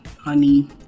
Honey